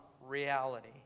reality